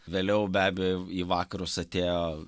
vėliau be abejo į vakarus atėjo